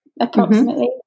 approximately